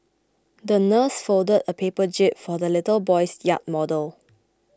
the nurse folded a paper jib for the little boy's yacht model